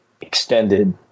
extended